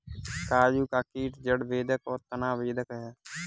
काजू का कीट जड़ बेधक और तना बेधक है